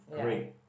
great